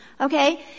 Okay